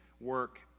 Work